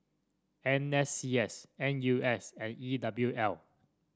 N S C S N U S and E W L